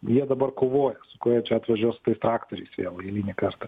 jie dabar kovoja su kuo jie čia atvažiuos su tais traktoriais vėl eilinį kartą